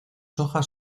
hojas